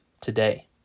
today